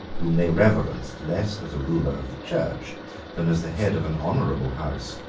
whom they reverenced less as a ruler of the church than as the head of an honourable house,